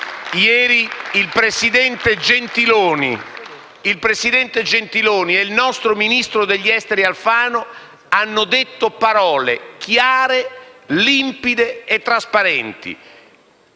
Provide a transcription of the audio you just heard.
Ieri il presidente Gentiloni Silveri e il nostro ministro degli affari esteri Alfano hanno usato parole chiare, limpide e trasparenti.